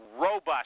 robust